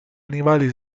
animali